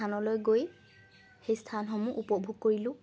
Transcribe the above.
স্থানলৈ গৈ সেই স্থানসমূহ উপভোগ কৰিলোঁ